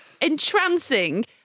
entrancing